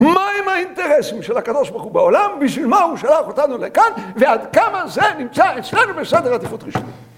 מה עם האינטרסים של הקב"ה בעולם? בשביל מה הוא שלח אותנו לכאן? ועד כמה זה נמצא אצלנו בסדר עדיפות ראשוני?